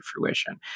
fruition